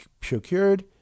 procured